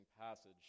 passage